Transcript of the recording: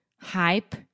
hype